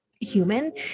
human